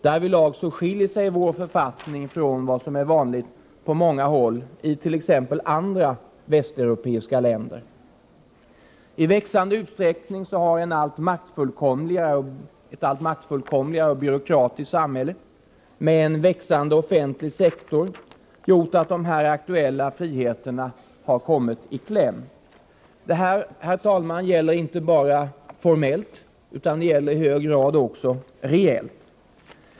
Därvidlag skiljer sig vår författning från vad som är vanligt i många andra västeuropeiska länder. I växande utsträckning har ett allt maktfullkomligare och byråkratiskt samhälle med en växande offentlig sektor gjort att de här aktuella friheterna har kommit i kläm. Detta gäller inte bara formellt utan i hög grad också reellt.